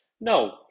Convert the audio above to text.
No